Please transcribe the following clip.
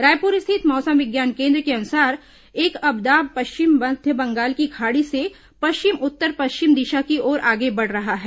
रायपुर स्थित मौसम विज्ञान केन्द्र के अनुसार एक अवदाब पश्चिम मध्य बंगाल की खाड़ी से पश्चिम उत्तर पश्चिम दिशा की ओर आगे बढ़ रहा है